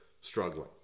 struggling